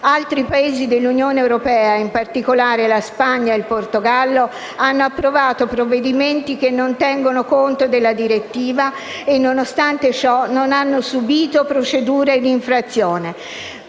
Altri Paesi dell'Unione europea, in particolare la Spagna e il Portogallo, hanno approvato provvedimenti che non tengono conto della direttiva e nonostante ciò non hanno subito procedure di infrazione.